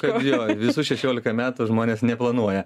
kad jo visus šešiolika metų žmonės neplanuoja